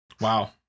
Wow